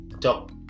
top